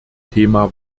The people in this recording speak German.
thema